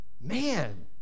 man